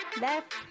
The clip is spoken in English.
Left